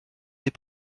des